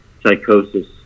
psychosis